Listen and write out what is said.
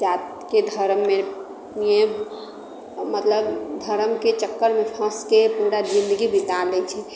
जातिके धर्ममे मे मतलब धर्मके चक्करमे फँसि कऽ पूरा जिन्दगी बिता लैत छै